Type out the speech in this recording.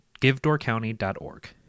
givedoorcounty.org